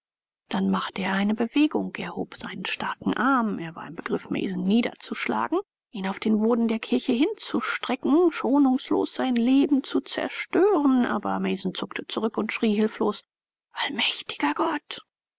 dann machte er eine bewegung erhob seinen starken arm er war im begriff mason niederzuschlagen ihn auf den boden der kirche hinzustrecken schonungslos sein leben zu zerstören aber mason zuckte zurück und schrie hilflos allmächtiger gott